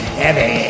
heavy